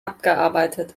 abgearbeitet